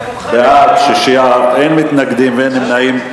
בעד, 6, אין מתנגדים ואין נמנעים.